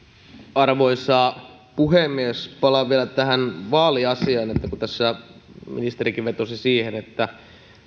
arvoisa puhemies palaan vielä tähän vaaliasiaan kun tässä ministerikin vetosi siihen että